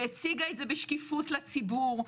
והציגה את זה בשקיפות לציבור,